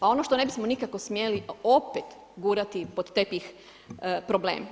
Pa ono što ne bismo nikako smjeli, opet gurati pod tepih problem.